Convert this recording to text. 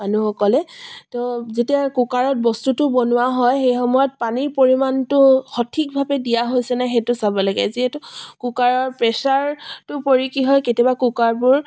মানুহসকলে তো যেতিয়া কুকাৰত বস্তুটো বনোৱা হয় সেই সময়ত পানীৰ পৰিমাণটো সঠিকভাৱে দিয়া হৈছেনে নাই সেইটো চাব লাগে যিহেতু কুকাৰৰ প্ৰেচাৰটো পৰি কি হয় কেতিয়াবা কুকাৰবোৰ